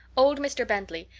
old mr. bentley,